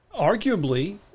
Arguably